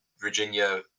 Virginia